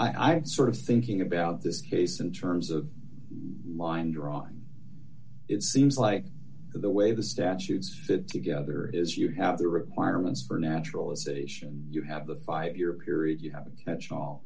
had sort of thinking about this case in terms of line drawing it seems like the way the statutes fit together is you have the requirements for naturalization you have the five year period you have a catchall